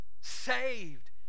saved